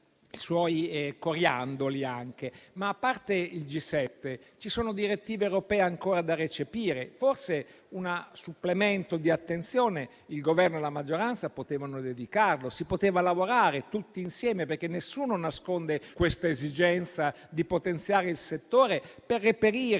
i suoi coriandoli, ma, a parte il G7, ci sono direttive europee ancora da recepire. Forse, un supplemento di attenzione il Governo e la maggioranza potevano dedicarlo. Si poteva lavorare tutti insieme, perché nessuno nasconde l'esigenza di potenziare il settore per reperire